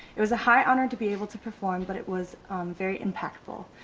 it was a high honor to be able to perform but it was very impactful.